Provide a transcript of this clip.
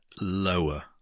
lower